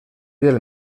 del